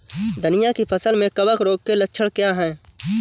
धनिया की फसल में कवक रोग के लक्षण क्या है?